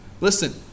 Listen